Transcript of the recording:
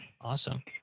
Awesome